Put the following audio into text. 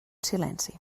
silenci